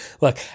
Look